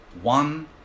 one